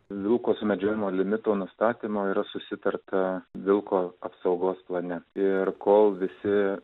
vilko sumedžiojimo limitų nustatymo yra susitarta vilko apsaugos plane ir kol visi